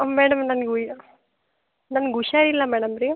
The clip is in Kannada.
ಮೇಡಮ್ ನನ್ಗ ನನ್ಗ ಹುಷಾರಿಲ್ಲ ಮೇಡಮ್ ರೀ